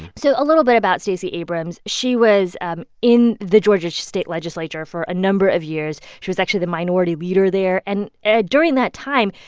so a little bit about stacey abrams. she was in the georgia state legislature for a number of years. she was actually the minority leader there. and ah during that time,